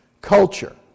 culture